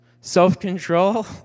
Self-control